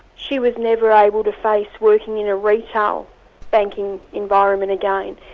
she was never able to face working in a retail banking environment again.